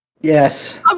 Yes